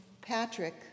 Patrick